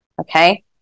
okay